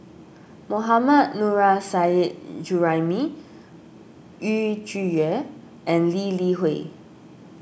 Mohammad Nurrasyid Juraimi Yu Zhuye and Lee Li Hui